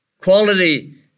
Quality